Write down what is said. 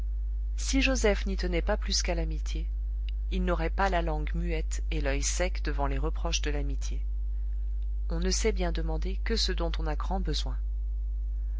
si joseph n'y tenait pas plus qu'à l'amitié il n'aurait pas la langue muette et l'oeil sec devant les reproches de l'amitié on ne sait bien demander que ce dont on a grand besoin